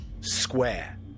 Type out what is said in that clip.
Square